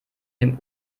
dem